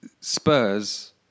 Spurs